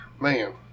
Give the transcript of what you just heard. Man